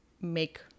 make